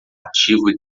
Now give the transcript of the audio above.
ativo